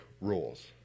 rules